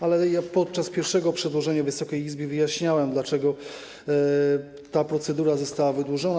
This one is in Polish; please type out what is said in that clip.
Ale podczas pierwszego przedłożenia Wysokiej Izbie wyjaśniałem, dlaczego ta procedura została wydłużona.